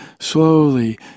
slowly